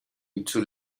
into